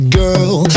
girl